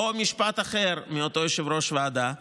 משפט אחר מאותו יושב-ראש ועדה: